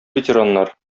ветераннар